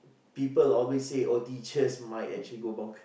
people always say oh teachers might actually go bonkers